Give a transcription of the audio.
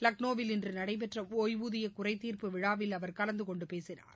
லக்னோவில் இன்று நடைபெற்று ஒய்வூதிய குறைதீர்ப்பு விழாவில் அவர் கலந்தகொண்டு பேசினார்